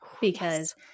because-